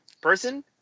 person